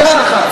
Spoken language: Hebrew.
תתבייש לך.